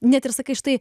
net ir sakai štai